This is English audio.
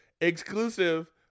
Exclusive